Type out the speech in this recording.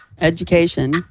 Education